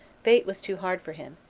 fate was too hard for him,